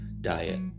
diet